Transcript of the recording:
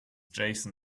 jason